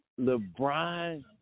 LeBron